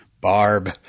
Barb